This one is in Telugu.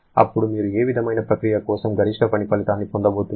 అప్పుడు మీరు ఏ విధమైన ప్రక్రియ కోసం గరిష్ట పని ఫలితాన్ని పొందబోతున్నారు